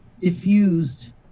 diffused